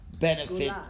benefit